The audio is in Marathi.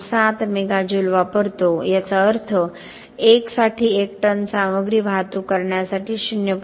7 मेगा जूल वापरतो याचा अर्थ 1 साठी 1 टन सामग्री वाहतूक करण्यासाठी 0